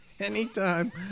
anytime